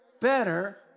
Better